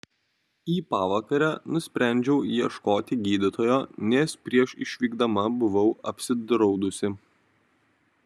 į pavakarę nusprendžiau ieškoti gydytojo nes prieš išvykdama buvau apsidraudusi